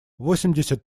восемьдесят